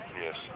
yes